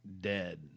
dead